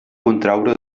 contraure